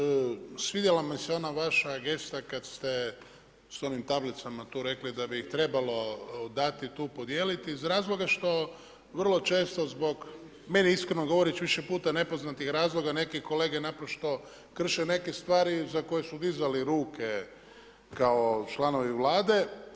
Kolegice Burić, svidjela mi se ona vaša gesta kada ste s onim tablicama tu rekli da bi trebalo dati i tu podijeliti iz razloga što vrlo često zbog meni iskreno govoreći više puta nepoznatih razloga neke kolege naprosto krše neke stvari za koje su dizali ruke kao članovi vlade.